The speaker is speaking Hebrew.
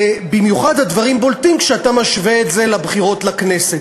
ובמיוחד הדברים בולטים כשאתה משווה את זה לבחירות לכנסת,